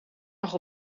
nog